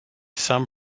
some